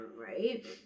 right